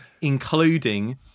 Including